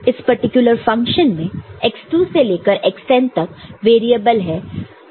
इस particular function में x2 से लेकर xN तक वेरिएबल है